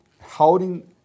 holding